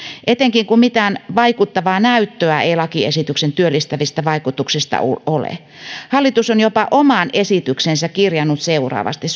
etenkin kun mitään vaikuttavaa näyttöä ei lakiesityksen työllistävistä vaikutuksista ole hallitus on jopa omaan esitykseensä kirjannut seuraavasti